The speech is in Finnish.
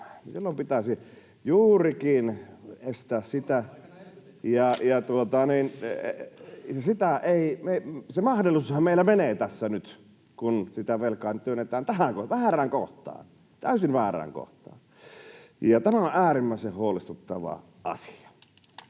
Silloin pitäisi juurikin estää sitä, ja se mahdollisuushan meillä menee nyt, kun sitä velkaa työnnetään tähän väärään kohtaan, täysin väärään kohtaan. Tämä on äärimmäisen huolestuttava asia.